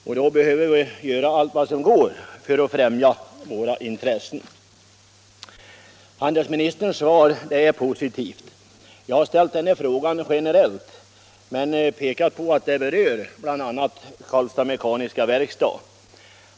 Då behöver vi göra allt vad vi kan för att främja våra intressen. Handelsministerns svar är positivt. Jag har ställt frågan generellt men pekat på att den bl.a. berör AB Karlstad Mekaniska Werkstad.